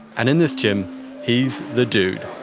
and in this gym he's the dude.